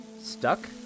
Stuck